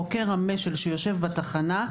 חוקר המש"ל שיושב בתחנה,